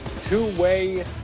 two-way